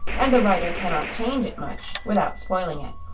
and the writer cannot change it much without spoiling it.